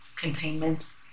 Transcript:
containment